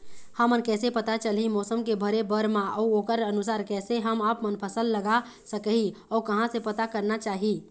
हमन कैसे पता चलही मौसम के भरे बर मा अउ ओकर अनुसार कैसे हम आपमन फसल लगा सकही अउ कहां से पता करना चाही?